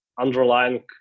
underlying